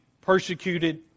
persecuted